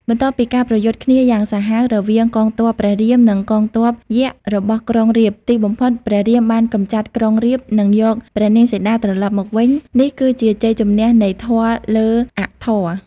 បន្ទាប់ពីការប្រយុទ្ធគ្នាយ៉ាងសាហាវរវាងកងទ័ពព្រះរាម និងកងទ័ពយក្សរបស់ក្រុងរាពណ៍ ទីបំផុតព្រះរាមបានកម្ចាត់ក្រុងរាពណ៍ និងយកព្រះនាងសីតាត្រឡប់មកវិញ នេះគឺជាជ័យជម្នះនៃធម៌លើអធម៌ ។